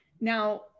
Now